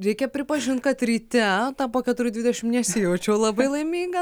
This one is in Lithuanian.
reikia pripažint kad ryte ta po keturių dvidešim nesijaučiau labai laiminga